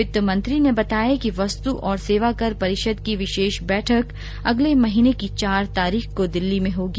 वित्त मंत्री ने बताया कि वस्तु और सेवा कर परिषद की विशेष बैठक अगले महीने की चार तारीख को दिल्ली में होगी